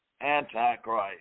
antichrist